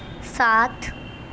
ساتھ